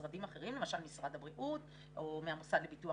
ממשרדים אחרים כמו למשל הבריאות או מהמוסד לביטוח